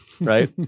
right